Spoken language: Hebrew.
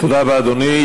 תודה רבה, אדוני.